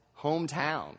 hometown